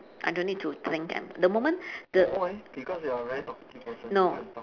I don't need to think and the moment the no